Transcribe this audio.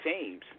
teams